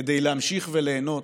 כדי להמשיך וליהנות